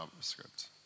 JavaScript